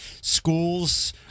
schools